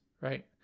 right